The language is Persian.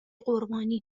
قربانی